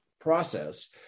process